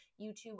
YouTube